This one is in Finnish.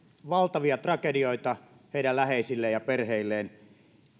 valtavia tragedioita heidän läheisilleen ja perheilleen